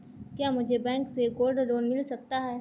क्या मुझे बैंक से गोल्ड लोंन मिल सकता है?